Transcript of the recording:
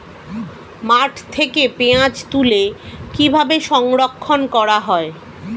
মাঠ থেকে পেঁয়াজ তুলে কিভাবে সংরক্ষণ করা হয়?